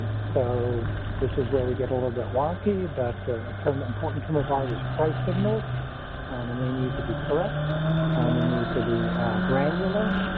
so this is where we get a little bit wonky, but a total important term of art is price signals and they need to be correct and they need to be granular.